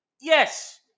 yes